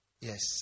Yes